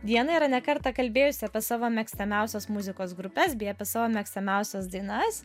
diana yra ne kartą kalbėjusi apie savo mėgstamiausios muzikos grupes bei apie savo mėgstamiausias dainas